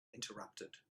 interrupted